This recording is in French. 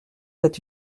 cet